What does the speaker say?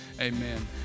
amen